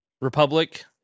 Republic